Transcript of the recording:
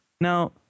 Now